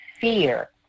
fear